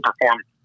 performance